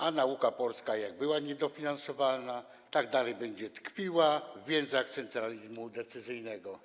A nauka polska jak była niedofinansowana, tak nadal będzie tkwiła w więzach centralizmu decyzyjnego.